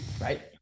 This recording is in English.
right